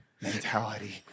mentality